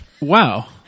Wow